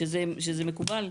שזה מקובל?